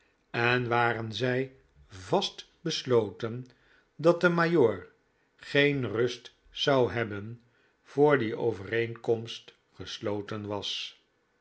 en waren zij vast besloten dat de majoor geen rust zou hebben voor die overeenkomst gesloten was